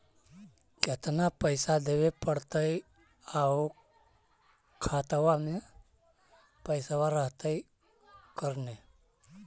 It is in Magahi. केतना पैसा देबे पड़तै आउ खातबा में पैसबा रहतै करने?